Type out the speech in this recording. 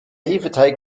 hefeteig